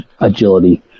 Agility